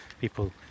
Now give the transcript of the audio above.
people